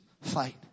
fight